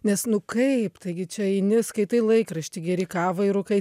nes nu kaip taigi čia eini skaitai laikraštį geri kavą ir rūkai